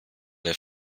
der